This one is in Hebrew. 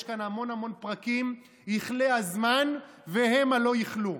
יש כאן המון המון פרקים, יכלה הזמן והמה לא יכלו.